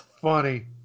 funny